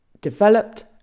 developed